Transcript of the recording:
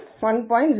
075 ஆகவும் 1